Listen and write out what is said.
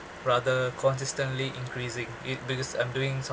rather consistently increasing it because I'm doing some~